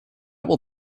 will